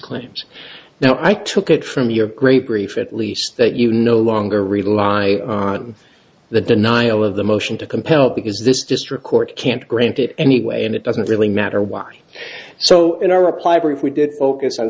claims now i took it from your great grief at least that you no longer rely on the denial of the motion to compel because this district court can't grant it anyway and it doesn't really matter why so in our reply brief we did focus on